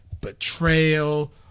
betrayal